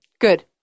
Good